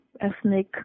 ethnic